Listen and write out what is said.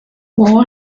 all